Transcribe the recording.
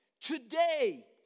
today